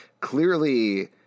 Clearly